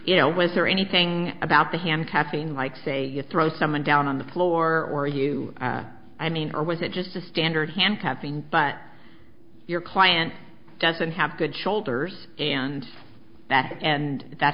you know was there anything about the handicapping like say you throw someone down on the floor or you i mean or was it just a standard handcuffing but your client doesn't have good shoulders and that and that